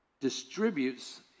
distributes